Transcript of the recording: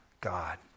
God